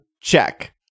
Check